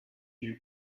you